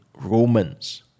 Romans